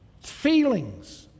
feelings